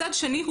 מצד שני,